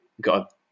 got